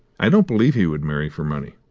i don't believe he would marry for money.